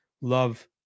love